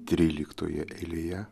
tryliktoje eilėje